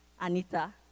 Anita